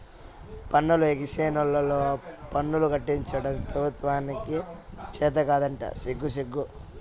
పన్నులు ఎగేసినోల్లతో పన్నులు కట్టించడం పెబుత్వానికి చేతకాదంట సిగ్గుసిగ్గు